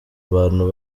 abantu